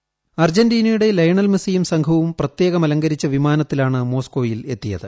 ടീമുകളോരോന്നായി അർജന്റീനയുടെ ലയണൽ മെസ്സിയും സംഘവും പ്രത്യേകം അലങ്കരിച്ച വിമാനത്തിലാണ് മോസ്ക്കോയിൽ എത്തിയത്